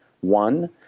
one